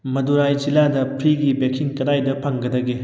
ꯃꯗꯨꯔꯥꯏ ꯖꯤꯂꯥꯗ ꯐ꯭ꯔꯤꯒꯤ ꯕꯦꯛꯁꯤꯟ ꯀꯗꯥꯏꯗ ꯐꯪꯒꯗꯒꯦ